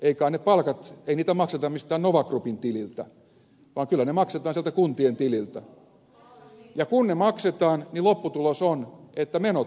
ei kai niitä palkkoja makseta mistään nova groupin tililtä vaan kyllä ne maksetaan sieltä kuntien tililtä ja kun ne maksetaan niin lopputulos on että menot nousevat